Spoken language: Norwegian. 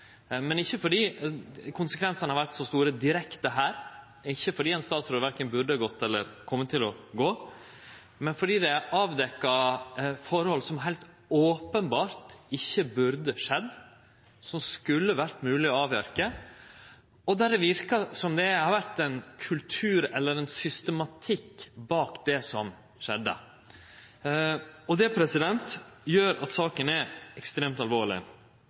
men fordi ein har avdekt noko som heilt openbert ikkje burde skjedd, som skulle vore mogleg å avverje, og der det verkar som det har vore ein kultur eller ein systematikk bak det som skjedde. Det gjer at saka er ekstremt alvorleg.